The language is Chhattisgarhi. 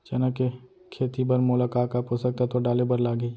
चना के खेती बर मोला का का पोसक तत्व डाले बर लागही?